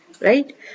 right